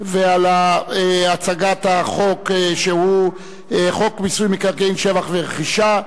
ועל הצגת החוק שהוא חוק מיסוי מקרקעין (שבח ורכישה)